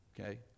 okay